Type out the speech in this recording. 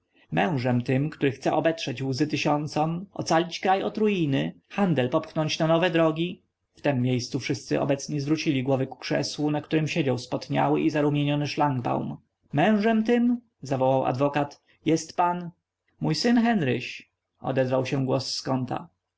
mężem tym który chce obetrzyć łzy tysiącom ocalić kraj od ruiny handel popchnąć na nowe drogi w tem miejscu wszyscy obecni zwrócili głowy ku krzesłu na którym siedział spotniały i zarumieniony szlangbaum mężem tym zawołał adwokat jest pan mój syn henryś odezwał się głos z kąta